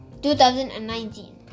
2019